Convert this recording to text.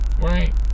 Right